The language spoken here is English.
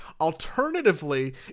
Alternatively